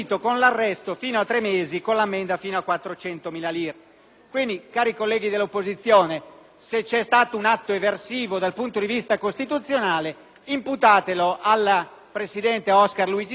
Quindi, cari colleghi dell'opposizione, se c'è stato un atto eversivo dal punto di vista costituzionale, imputatelo al presidente Oscar Luigi Scalfaro, presentatore allora di questo disegno di legge che, approvato